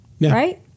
right